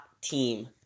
team